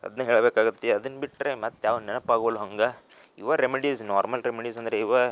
ಅದ್ನ ಹೇಳಬೇಕಾಗತ್ತೆ ಅದನ್ನು ಬಿಟ್ಟರೆ ಮತ್ತು ಯಾವುವು ನೆನಪು ಆಗೋಲ್ಲ ಹಂಗೆ ಇವೇ ರೆಮಿಡೀಸ್ ನಾರ್ಮಲ್ ರೆಮಿಡೀಸ್ ಅಂದ್ರೆ ಇವೇ